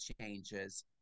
changes